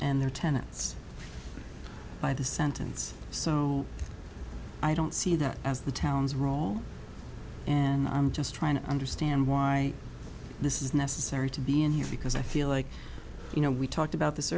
and their tenants by the sentence so i don't see that as the town's role and i'm just trying to understand why this is necessary to be in here because i feel like you know we talked about this